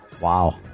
Wow